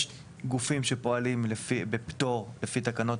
יש גופים שפועלים בפטור לפי תקנות